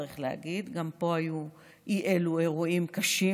צריך להגיד; גם פה היו אי אלו אירועים קשים,